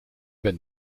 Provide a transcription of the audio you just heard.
bent